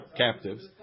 captives